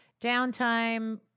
downtime